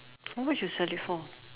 how much you sell it for